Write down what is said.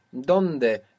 Donde